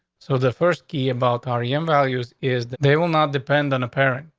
so the first key about ah yeah rm values is that they will not depend on apparent.